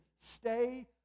stay